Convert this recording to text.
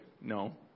No